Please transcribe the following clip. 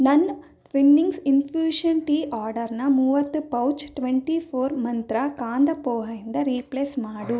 ನನ್ನ Twinings infusion tea ಆರ್ಡರ್ನ ಮೂವತ್ತು pouch twenty four Mantra kanda poha ಇಂದ ರೀಪ್ಲೇಸ್ ಮಾಡು